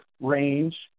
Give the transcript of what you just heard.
range